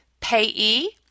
payee